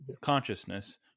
consciousness